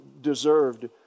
deserved